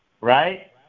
right